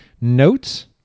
Notes